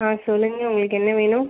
ஆ சொல்லுங்கள் உங்களுக்கு என்ன வேணும்